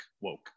woke